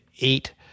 eight